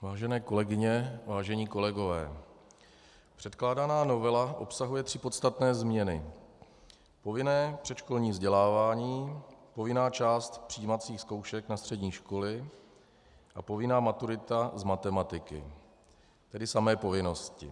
Vážené kolegyně, vážení kolegové, předkládaná novela obsahuje tři podstatné změny povinné předškolní vzdělávání, povinná část přijímacích zkoušek na střední školy a povinná maturita z matematiky, tedy samé povinnosti.